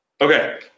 Okay